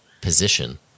position